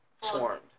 swarmed